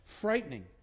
frightening